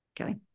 Okay